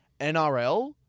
NRL